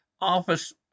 office